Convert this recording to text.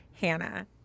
Hannah